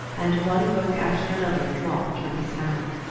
and one book after another dropped from his hand.